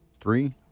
three